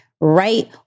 right